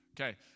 Okay